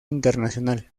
internacional